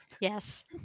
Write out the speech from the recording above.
Yes